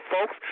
folks